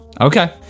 Okay